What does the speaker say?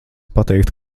pateikt